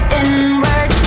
inward